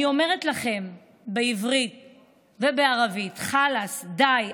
אני אומרת לכם בעברית ובערבית: חלאס, די.